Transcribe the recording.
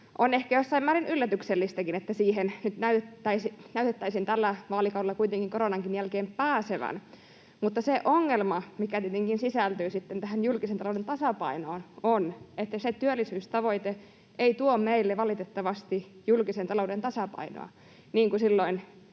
on ehkä jossain määrin yllätyksellistäkin, se, että siihen nyt näytettäisiin tällä vaalikaudella kuitenkin koronankin jälkeen päästävän. Mutta ongelma, mikä tietenkin sisältyy sitten tähän julkisen talouden tasapainoon, on, että se työllisyystavoite ei tuo meille valitettavasti julkisen talouden tasapainoa, niin kuin silloin